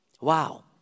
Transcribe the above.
Wow